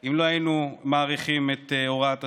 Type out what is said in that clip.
אם לא היינו מאריכים את הוראת השעה.